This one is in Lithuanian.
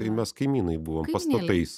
tai mes kaimynai buvom pastatais